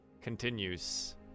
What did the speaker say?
continues